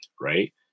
right